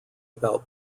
about